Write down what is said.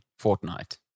fortnite